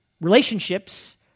relationships